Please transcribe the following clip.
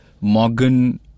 Morgan